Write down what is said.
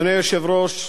אדוני היושב-ראש,